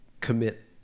commit